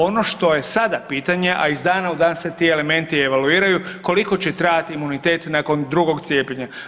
Ono što je sada pitanje, a iz dana u dan se ti elementi evaluiraju, koliko će trajati imunitet nakon drugog cijepljenja.